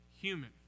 human